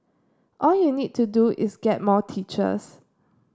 all you need to do is get more teachers